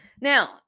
Now